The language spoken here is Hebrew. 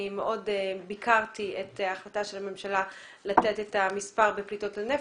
אני מאוד ביקרתי את ההחלטה של הממשלה לתת את המספר בפליטות לנפש.